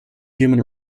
human